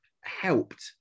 helped